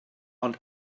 ond